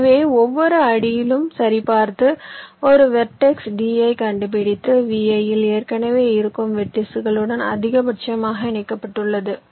எனவே ஒவ்வொரு அடியிலும் சரிபார்த்து ஒரு வெர்டெக்ஸ் D ஐ கண்டுபிடித்து Vi இல் ஏற்கனவே இருக்கும் வெர்டிஸ்களுடன் அதிகபட்சமாக இணைக்கப்பட்டுள்ளது